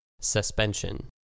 Suspension